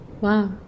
Wow